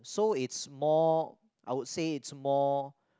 so it's more I would say it's more